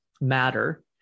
matter